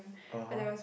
(uh huh)